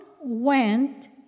Went